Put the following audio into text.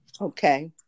Okay